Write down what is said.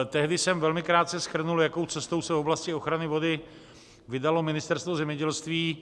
Tehdy jsem velmi krátce shrnul, jakou cestou se oblasti ochrany vody vydalo Ministerstvo zemědělství.